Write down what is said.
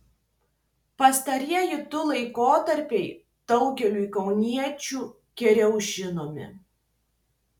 pastarieji du laikotarpiai daugeliui kauniečių geriau žinomi